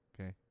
Okay